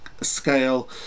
scale